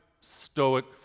stoic